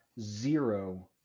zero